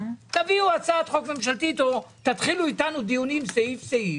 תביאו הצעת חוק ממשלתית או תתחילו אתנו דיונים סעיף סעיף.